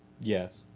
Yes